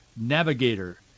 Navigator